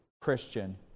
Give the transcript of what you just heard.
Christian